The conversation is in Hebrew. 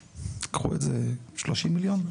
קחו את זה, 30 מיליון?